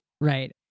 Right